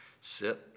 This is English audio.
sit